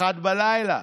01:00,